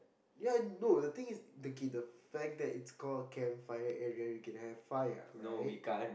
ya no the thing is okay the fact that it is called camp fire area and we can have fire right